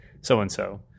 so-and-so